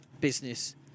business